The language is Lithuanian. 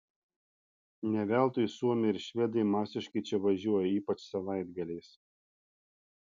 ne veltui suomiai ir švedai masiškai čia važiuoja ypač savaitgaliais